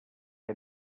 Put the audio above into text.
que